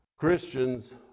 Christians